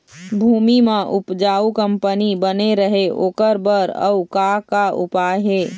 भूमि म उपजाऊ कंपनी बने रहे ओकर बर अउ का का उपाय हे?